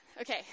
Okay